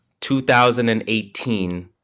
2018